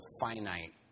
finite